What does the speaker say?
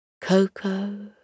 Coco